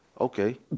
Okay